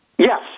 Yes